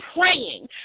praying